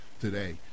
today